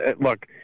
look